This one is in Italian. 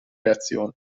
reazione